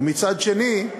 ומצד שני,